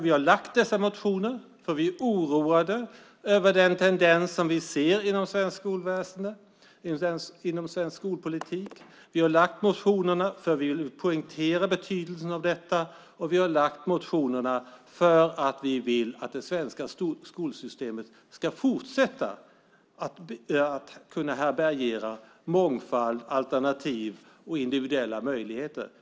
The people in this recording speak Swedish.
Vi har väckt dessa motioner för att vi är oroade över den tendens som vi ser inom svensk skolpolitik. Vi har väckt motionerna för att vi vill poängtera betydelsen av detta, och vi har väckt motionerna för att vi vill att det svenska skolsystemet ska fortsätta att härbärgera mångfald, alternativ och individuella möjligheter.